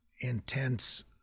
intense